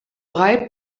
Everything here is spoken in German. brei